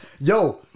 Yo